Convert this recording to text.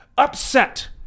upset